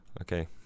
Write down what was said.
Okay